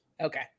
okay